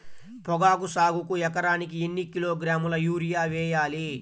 పొగాకు సాగుకు ఎకరానికి ఎన్ని కిలోగ్రాముల యూరియా వేయాలి?